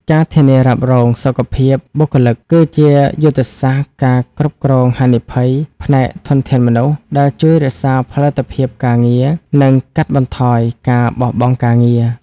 ការធានារ៉ាប់រងសុខភាពបុគ្គលិក គឺជាយុទ្ធសាស្ត្រការគ្រប់គ្រងហានិភ័យផ្នែកធនធានមនុស្ស ដែលជួយរក្សាផលិតភាពការងារ និងកាត់បន្ថយការបោះបង់ការងារ។